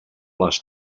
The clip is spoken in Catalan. les